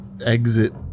exit